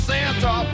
Santa